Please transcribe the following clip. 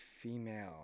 female